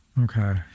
Okay